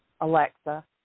Alexa